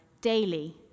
daily